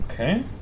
Okay